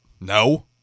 No